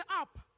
up